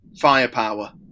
Firepower